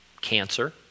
Cancer